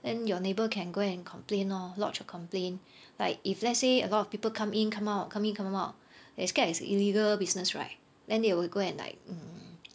then your neighbour can go and complain lor lodge a complain like if let's say a lot of people come in come out come in come out they scared as illegal business right then they will go and like mm